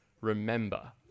remember